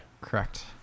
Correct